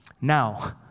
Now